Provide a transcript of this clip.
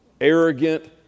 arrogant